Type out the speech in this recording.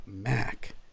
Mac